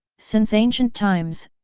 since ancient times,